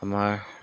আমাৰ